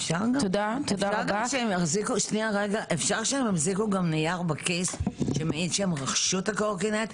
אפשר שהם יחזיקו גם נייר בכיס שמעיד שהם רכשו את הקורקינט?